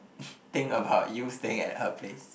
think about you staying at her place